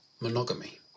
monogamy